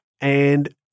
and-